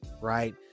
right